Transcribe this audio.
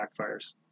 backfires